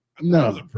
No